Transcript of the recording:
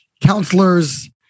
counselors